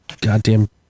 goddamn